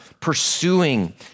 pursuing